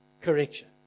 correction